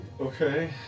Okay